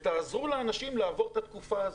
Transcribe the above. ותעזרו לאנשים לעבור את התקופה הזאת.